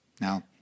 Now